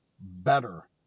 better